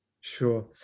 Sure